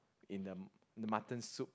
in the the mutton soup